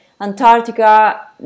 Antarctica